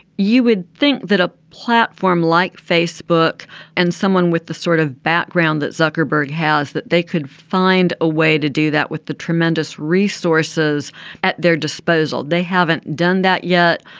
you would think that a platform like facebook and someone with the sort of background that zuckerberg has that they could find a way to do that with the tremendous resources at their disposal. they haven't done that yet.